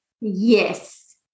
Yes